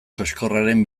koxkorraren